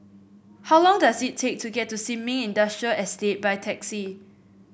how long does it take to get to Sin Ming Industrial Estate by taxi